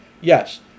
Yes